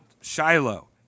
Shiloh